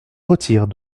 retire